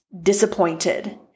disappointed